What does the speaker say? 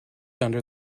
under